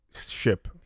ship